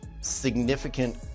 significant